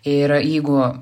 ir jeigu